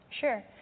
Sure